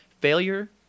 failure